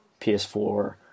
PS4